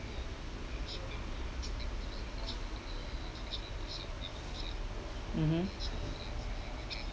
mmhmm